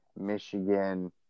michigan